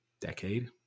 decade